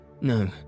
No